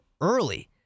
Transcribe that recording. early